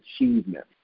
achievement